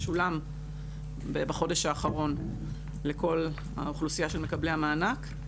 שולם בחודש האחרון לכל האוכלוסייה של מקבלי המענק.